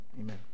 amen